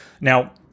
Now